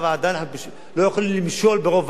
אנחנו לא יכולים למשול מרוב ועדות.